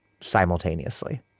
simultaneously